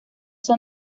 son